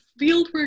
fieldwork